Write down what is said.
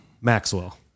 Maxwell